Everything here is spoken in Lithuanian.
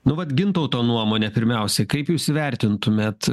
nu vat gintauto nuomonė pirmiausia kaip jūs vertintumėt